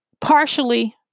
partially